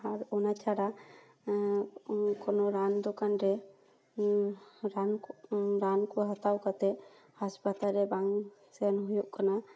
ᱟᱨ ᱚᱱᱟ ᱪᱷᱟᱲᱟ ᱠᱳᱱᱳ ᱨᱟᱱ ᱫᱚᱠᱟᱱ ᱨᱮ ᱨᱟᱱ ᱠᱚ ᱨᱟᱱ ᱠᱚ ᱦᱟᱛᱟᱣ ᱠᱟᱛᱮ ᱦᱟᱥᱯᱟᱛᱟᱞ ᱨᱮ ᱵᱟᱝ ᱥᱮᱱ ᱦᱩᱭᱩᱜ ᱠᱟᱱᱟ